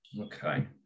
Okay